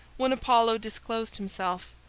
when apollo disclosed himself,